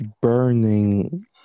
Burning